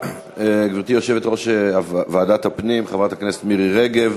גברתי יושבת-ראש ועדת הפנים חברת הכנסת מירי רגב.